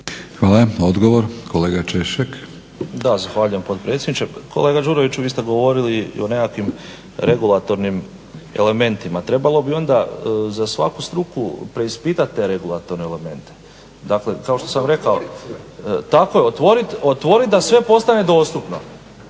Hvala. Odgovor, kolega Češek. **Češek, Igor (HDSSB)** Zahvaljujem potpredsjedniče. Kolega Đuroviću, vi ste govorili o nekakvim regulatornim elementima. Trebalo bi onda za svaku struku preispitat te regulatorne elemente. Dakle, kao što sam rekao… … /Upadica se ne razumije./